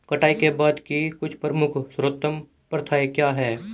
कटाई के बाद की कुछ प्रमुख सर्वोत्तम प्रथाएं क्या हैं?